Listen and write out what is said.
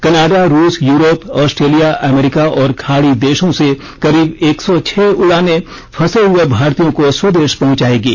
Canada रूस Europe Australia अमरीका और खाड़ी देशों से करीब एक सौ छह उड़ाने फंसे हुए भारतीयों को स्वदेश पहुंचाएंगी